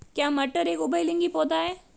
क्या मटर एक उभयलिंगी पौधा है?